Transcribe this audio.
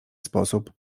sposób